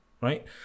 right